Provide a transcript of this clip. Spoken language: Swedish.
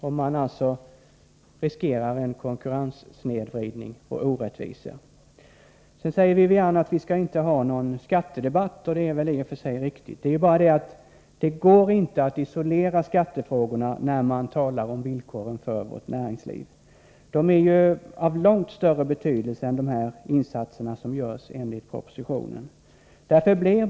Vi riskerar alltså en snedvridning av konkurrensen och orättvisor. Sedan säger Wivi-Anne Radesjö att vi inte skall ha någon skattedebatt, och det är i och för sig riktigt. Det är bara det att det inte går att isolera skattefrågorna när man talar om villkoren för vårt näringsliv. De är av långt större betydelse än de insatser som görs enligt propositionen.